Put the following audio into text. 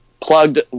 plugged